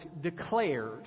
declared